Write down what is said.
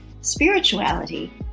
spirituality